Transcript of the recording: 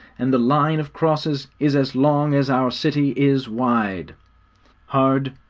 and the line of crosses is as long as our city is wide hard,